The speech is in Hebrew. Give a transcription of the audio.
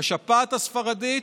השפעת הספרדית.